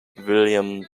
william